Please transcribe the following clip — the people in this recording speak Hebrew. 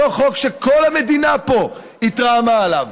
אותו חוק שכל המדינה פה התרעמה עליו,